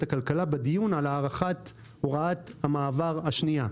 הכלכלה בדיון על הארכת הוראת המעבר השנייה,